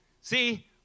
See